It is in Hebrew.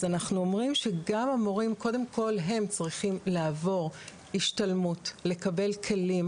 אז אנחנו אומרים שגם המורים קודם כל הם צריכים לעבור השתלמות לקבל כלים,